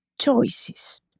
choices